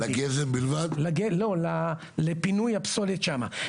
לפינוי הפסולת שם.